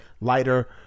lighter